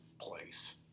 place